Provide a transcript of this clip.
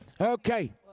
Okay